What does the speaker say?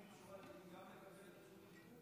אפשר לפנים משורת הדין גם לקבל את רשות הדיבור,